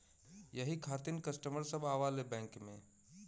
यही खातिन कस्टमर सब आवा ले बैंक मे?